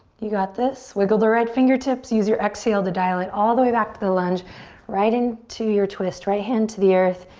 you got this. wiggle the right fingertips. use your exhale to dial it all the way back to the lunge right in to your twist. right hand to the earth.